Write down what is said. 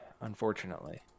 unfortunately